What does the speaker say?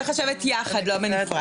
צריך לשבת יחד, לא בנפרד.